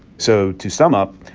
so to sum up,